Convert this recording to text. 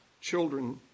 Children